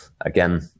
Again